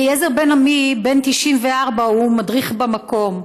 אליעזר בן-עמי, בן 94, הוא מדריך במקום.